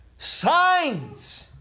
signs